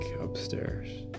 upstairs